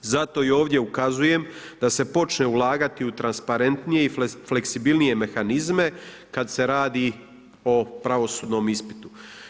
Zato i ovdje ukazujem da se počne ulagati u transparentnije i fleksibilnije mehanizme kad se radi o pravosudnom ispitu.